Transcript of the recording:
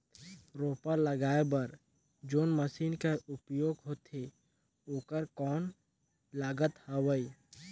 रोपा लगाय बर जोन मशीन कर उपयोग होथे ओकर कौन लागत हवय?